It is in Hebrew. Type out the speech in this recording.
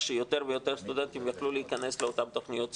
שיותר ויותר סטודנטים יוכלו להיכנס לאותן תוכניות סיוע.